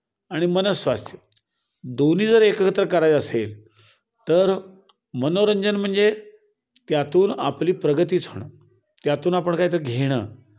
आणि मनःस्वास्थ्य दोन्ही जर एकत्र करायचं असेल तर मनोरंजन म्हणजे त्यातून आपली प्रगतीच होणं त्यातून आपण कायतरी घेणं